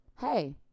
hey